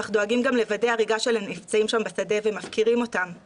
אך דואגים גם לוודא הריגה של הנפצעים שם בשדה ומפקירים אותם;